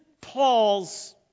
Paul's